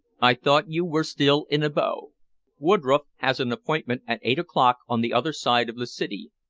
i thought you were still in abo. woodroffe has an appointment at eight o'clock on the other side of the city,